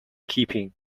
keeping